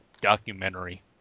documentary